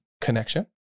connection